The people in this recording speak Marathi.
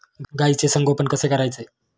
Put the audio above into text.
गाईचे संगोपन कसे करायचे?